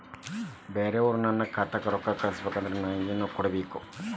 ಬ್ಯಾರೆ ಅವರು ನನ್ನ ಖಾತಾಕ್ಕ ರೊಕ್ಕಾ ಕಳಿಸಬೇಕು ಅಂದ್ರ ನನ್ನ ಏನೇನು ಕೊಡಬೇಕು?